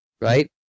right